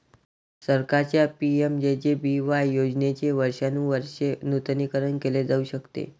सरकारच्या पि.एम.जे.जे.बी.वाय योजनेचे वर्षानुवर्षे नूतनीकरण केले जाऊ शकते